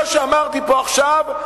מה שאמרתי פה עכשיו,